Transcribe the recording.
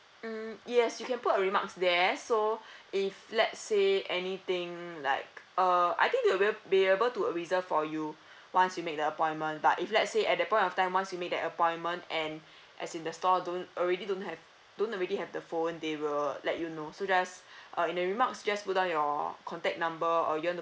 mm yes you can put a remarks there so if let's say anything like uh I think they will be able be able to reserve for you once you make the appointment but if let's say at that point of time once you make that appointment and as in the store don't already don't have don't really have the phone they will let you know so just uh in the remarks just put down your contact number or just